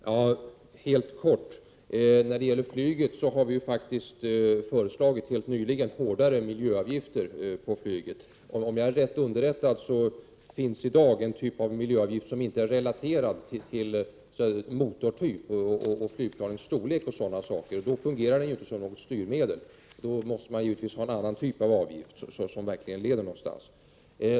Herr talman! Helt kort: Vi har när det gäller flyget alldeles nyligen föreslagit hårdare miljöavgifter. Såvitt jag är riktigt underrättad finns det i dag en typ av miljöavgifter som inte är relaterade till motortyp, till flygplanets storlek o.d., och under sådana förhållanden fungerar avgifterna inte som något styrmedel. Man måste ha en annan typ av avgift, som verkligen leder till några resultat.